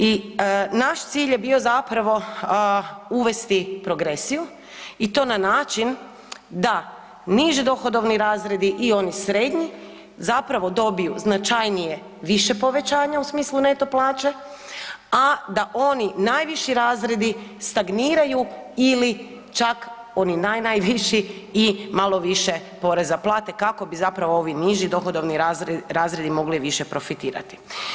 I naš cilj je bio zapravo uvesti progresiju i to na način da niži dohodovni razredi i oni srednji zapravo dobiju značajnije više povećanje u smislu neto plaće, a da oni najviši razredi stagniranju ili čak oni naj, najviši i malo više poreza plate kako bi zapravo ovi niži dohodovni razredi mogli više profitirati.